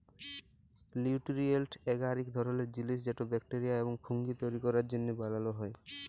লিউটিরিয়েল্ট এগার ইক ধরলের জিলিস যেট ব্যাকটেরিয়া এবং ফুঙ্গি তৈরি ক্যরার জ্যনহে বালাল হ্যয়